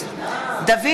דוד